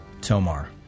Tomar